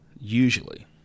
usually